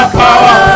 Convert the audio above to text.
power